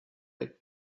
the